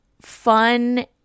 fun